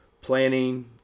planning